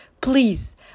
Please